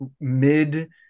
mid